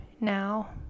now